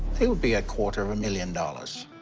it would be a quarter of a million dollars,